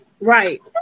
Right